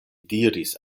diris